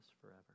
forever